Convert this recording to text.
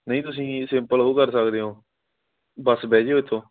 ਨਹੀਂ ਤੁਸੀਂ ਸਿੰਪਲ ਉਹ ਕਰ ਸਕਦੇ ਹੋ ਬੱਸ ਬਹਿ ਜਿਓ ਇੱਥੋਂ